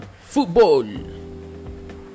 Football